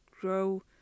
grow